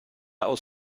aus